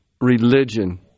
religion